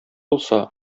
булса